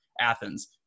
Athens